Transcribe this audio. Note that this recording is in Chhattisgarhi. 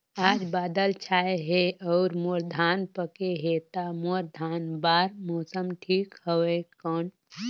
आज बादल छाय हे अउर मोर धान पके हे ता मोर धान बार मौसम ठीक हवय कौन?